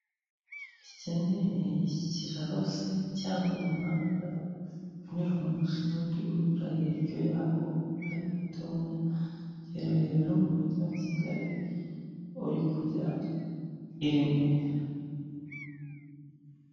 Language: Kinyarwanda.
Iki ni ikiraro se cyangwa umuhanda unyura munsi n'undi unyura hejuru yawo ari mutoya giherereye rero mu mujyi wa Kigali uri kujya i Remera.